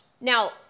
Now